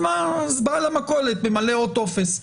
אז בעל המכולת ממלא עוד טופס.